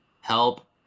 help